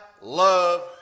love